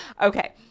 Okay